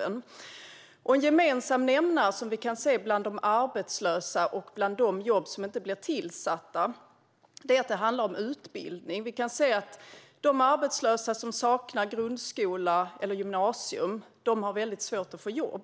En gemensam nämnare för de arbetslösa och de jobb som inte blir tillsatta är utbildning. De arbetslösa som saknar grundskole eller gymnasieutbildning har väldigt svårt att få jobb.